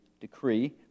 decree